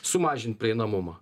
sumažint prieinamumą